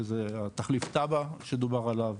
שזה תכלית טאבה שדובר עליו